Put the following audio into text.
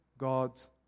God's